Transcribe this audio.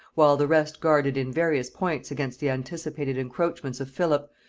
while the rest guarded in various points against the anticipated encroachments of philip,